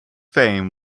fame